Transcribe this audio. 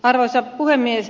arvoisa puhemies